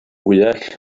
fwyell